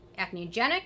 acneogenic